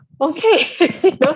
okay